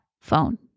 phone